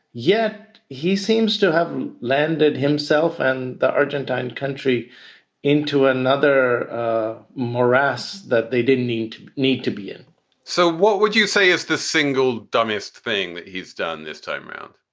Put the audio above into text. yet he seems to have landed himself and the argentine country into another morass that they didn't need to need to be in so what would you say is the single dumbest thing that he's done this time around?